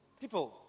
People